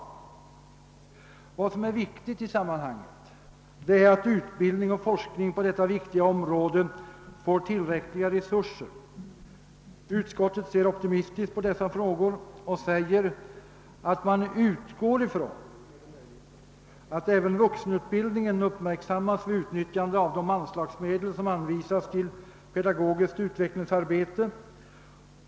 Det väsentliga i detta sammanhang är att utbildning och forskning på detta viktiga område får tillräckliga resurser. Utskottet ser optimistiskt på dessa frågor och säger att man utgår ifrån att även vuxenutbildningen uppmärksammas vid utnyttjandet av de anslagsmedel som anvisas till pedagogiskt utvecklingsarbete.